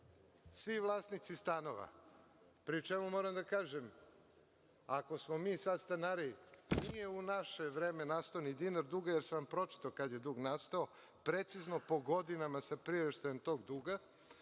svi vlasnici stanova, pri čemu, moram da kažem, ako smo mi sada stanari, nije u naše vreme nastao ni dinar duga, jer sam vam pročitao kada je dug nastao, precizno po godinama sa priraštajem tog duga,